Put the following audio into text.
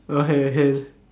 okay can